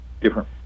different